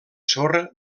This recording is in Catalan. sorra